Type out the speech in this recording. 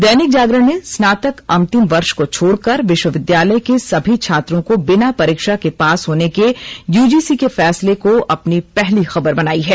दैनिक जागरण ने स्नातक अंतिम वर्ष को छोड़कर विश्वविद्यालय के सभी छात्रों को बिना परीक्षा के पास होने के यूजीसी के फैसले को अपने पहली खबर बनाया है